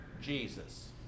Jesus